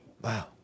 Wow